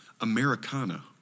Americana